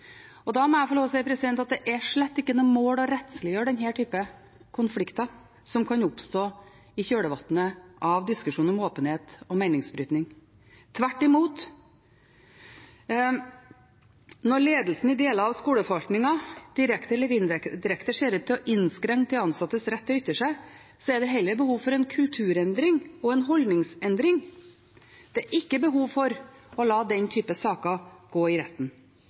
Da må jeg få lov til å si at det slett ikke er noe mål å rettsliggjøre den typen konflikter som kan oppstå i kjølvannet av diskusjonen om åpenhet og meningsbrytning. Tvert imot – når ledelsen i deler av skoleforvaltningen direkte eller indirekte ser ut til å innskrenke de ansattes rett til å ytre seg, er det heller behov for en kulturendring og en holdningsendring. Det er ikke behov for å la den typen saker gå i retten.